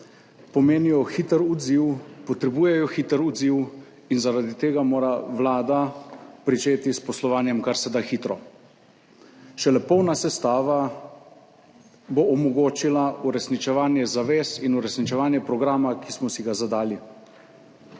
pomenijo hiter odziv, potrebujejo hiter odziv in zaradi tega mora Vlada pričeti s poslovanjem kar se da hitro. Šele polna sestava bo omogočila uresničevanje zavez in uresničevanje programa, ki smo si ga zadali.